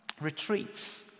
retreats